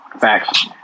Facts